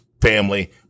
family